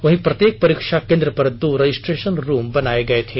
वहीं प्रत्येक परीक्षा केंद्र पर दो रजिस्ट्रेशन रूम बनाए गए थे